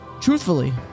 truthfully